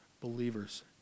believers